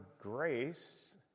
grace